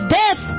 death